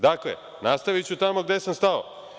Dakle, nastaviću tamo gde sam stao.